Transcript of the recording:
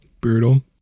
brutal